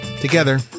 Together